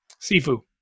sifu